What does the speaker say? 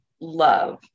love